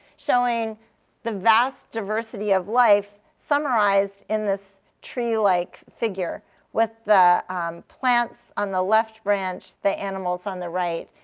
showing the vast diversity of life, summarized in this tree-like figure with the um plants on the left branch, the animals on the right,